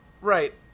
Right